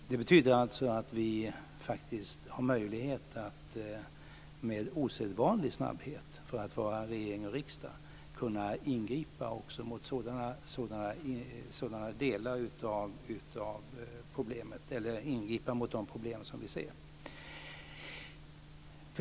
Det betyder att vi faktiskt med osedvanlig snabbhet, för att vara riksdag och regering, har möjlighet att ingripa också mot de problem som vi ser.